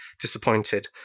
disappointed